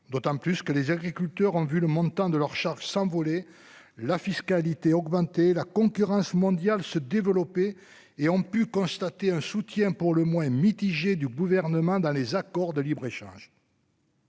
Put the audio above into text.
d'autant plus que les agriculteurs en vu le montant de leurs charges s'envoler la fiscalité augmenter la concurrence mondiale, se développer et ont pu constater un soutien pour le moins mitigé du gouvernement dans les accords de libre-échange.